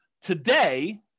Today